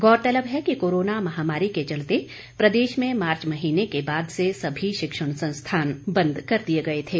गौरतलब है कि कोरोना महामरी के चलते प्रदेश में मार्च महीने के बाद से सभी शिक्षण संस्थान बंद कर दिये गए थे